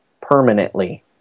permanently